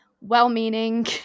well-meaning